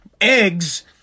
eggs